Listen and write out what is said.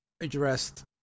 addressed